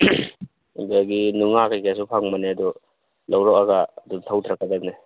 ꯑꯗꯒꯤ ꯅꯨꯡꯉꯥ ꯀꯩꯀꯩꯁꯨ ꯐꯪꯕꯅꯦ ꯑꯗꯨ ꯂꯧꯔꯛꯑꯒ ꯑꯗꯨꯝ ꯊꯧꯊꯔꯛꯀꯗꯕꯅꯦ